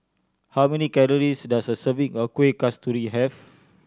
how many calories does a serving of Kueh Kasturi have